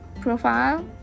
profile